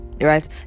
right